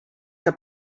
que